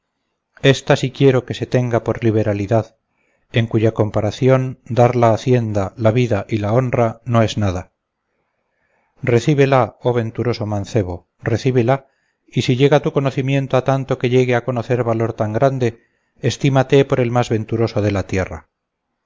ésta sí quiero que se tenga por liberalidad en cuya comparación dar la hacienda la vida y la honra no es nada recíbela oh venturoso mancebo recíbela y si llega tu conocimiento a tanto que llegue a conocer valor tan grande estímate por el más venturoso de la tierra